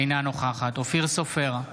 אינה נוכחת אופיר סופר,